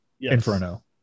Inferno